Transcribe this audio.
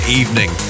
evening